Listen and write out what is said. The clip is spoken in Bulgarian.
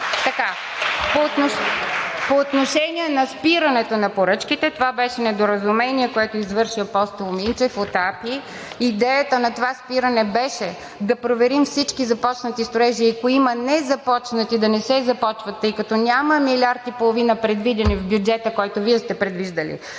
По отношение спирането на поръчките, това беше недоразумение, което извърши Апостол Минчев от АПИ. Идеята на това спиране беше да проверим всички започнати строежи и ако има незапочнати, да не се започват, тъй като няма милиард и половина, предвидени в бюджета, който Вие сте предвиждали